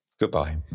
Goodbye